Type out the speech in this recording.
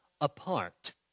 apart